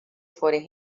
forem